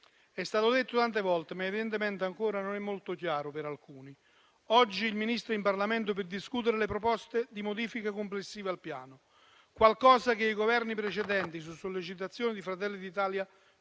È stato detto tante volte, ma evidentemente ancora non è molto chiaro per alcuni: oggi il Ministro è in Parlamento per discutere le proposte di modifica complessive al Piano, qualcosa che i Governi precedenti, nonostante le sollecitazioni di Fratelli d'Italia,